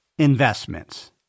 investments